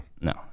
No